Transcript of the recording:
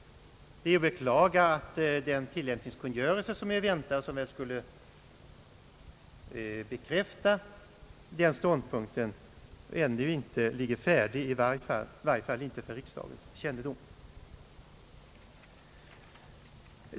Det är att beklaga att den tillämpningskungörelse som är att vänta och som skulle bekräfta den ståndpunkten ännu inte föreligger färdig, i varje fall inte för riksdagens kännedom.